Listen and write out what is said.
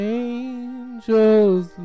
angels